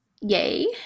Yay